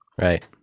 Right